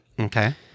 Okay